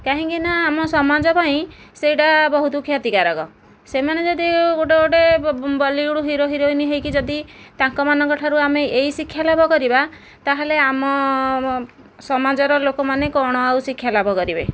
କାହିଁକି ନା ଆମ ସମାଜ ପାଇଁ ସେଇଟା ବହୁତ କ୍ଷତିକାରକ ସେମାନେ ଯଦି ଗୋଟିଏ ଗୋଟିଏ ବଲିଉଡ଼ ହିରୋ ହିରୋଇନ ହୋଇକି ଯଦି ତାଙ୍କ ମାନଙ୍କଠାରୁ ଆମେ ଏଇ ଶିକ୍ଷାଲାଭ କରିବା ତାହେଲେ ଆମ ସମାଜର ଲୋକମାନେ କ'ଣ ଆଉ ଶିକ୍ଷାଲାଭ କରିବେ